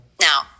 now